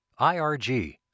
IRG